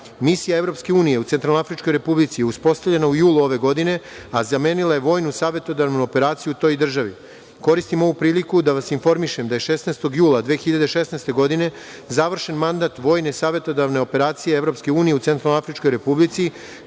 EU u Centralnoafričkoj Republici uspostavljeno u junu ove godine, a zamenila je vojnu savetodavnu operaciju u toj državi. Koristim ovu priliku da vas informišem da je 16. jula 2016. godine završen mandat vojne savetodavne operacije EU u Centralnoafričkoj Republici